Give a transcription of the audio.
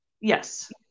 yes